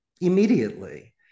immediately